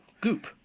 Goop